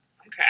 Okay